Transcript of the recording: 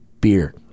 beer